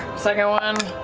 second one.